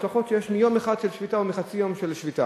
השלכות שיש מיום אחד של שביתה או מחצי יום של שביתה,